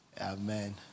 Amen